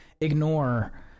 ignore